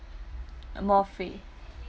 more free